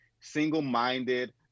single-minded